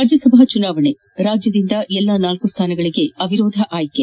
ರಾಜ್ಯಸಭಾ ಚುನಾವಣೆ ರಾಜ್ಯದಿಂದ ಎಲ್ಲಾ ನಾಲ್ಕು ಸ್ಥಾನಗಳಿಗೆ ಅವಿರೋಧ ಆಯ್ಕೆ